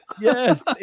Yes